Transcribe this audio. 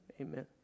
amen